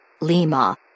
Lima